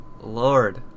Lord